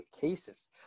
cases